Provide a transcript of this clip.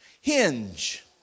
hinge